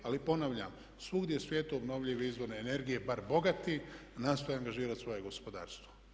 Ali ponavljam, svugdje u svijetu obnovljive izvore energije bar bogati nastoje angažirati svoje gospodarstvo.